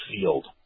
field